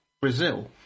Brazil